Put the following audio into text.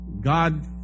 God